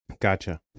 Gotcha